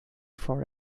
for